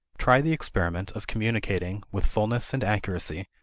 try the experiment of communicating, with fullness and accuracy,